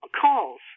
calls